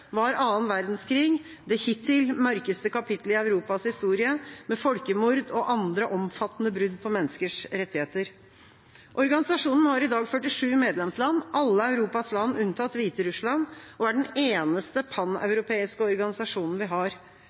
var annen verdenskrig, det hittil mørkeste kapitlet i Europas historie, med folkemord og andre omfattende brudd på menneskers rettigheter. Organisasjonen har i dag 47 medlemsland, alle Europas land unntatt Hviterussland, og er den eneste pan-europeiske organisasjonen vi har.